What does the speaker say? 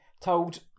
told